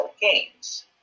games